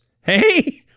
hey